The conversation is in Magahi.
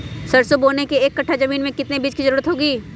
सरसो बोने के एक कट्ठा जमीन में कितने बीज की जरूरत होंगी?